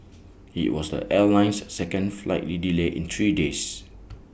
IT was the airline's second flight delay in three days